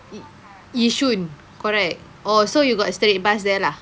i~ Yishun correct orh so you got straight bus there lah